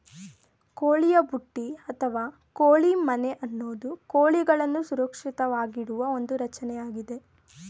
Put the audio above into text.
ಕೋಳಿಯ ಬುಟ್ಟಿ ಅಥವಾ ಕೋಳಿ ಮನೆ ಅನ್ನೋದು ಕೋಳಿಗಳನ್ನು ಸುರಕ್ಷಿತವಾಗಿಡುವ ಒಂದು ರಚನೆಯಾಗಿದೆ